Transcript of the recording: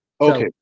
Okay